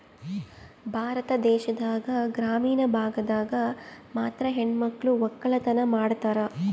ಭಾರತ ದೇಶದಾಗ ಗ್ರಾಮೀಣ ಭಾಗದಾಗ ಮಾತ್ರ ಹೆಣಮಕ್ಳು ವಕ್ಕಲತನ ಮಾಡ್ತಾರ